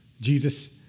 Jesus